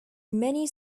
many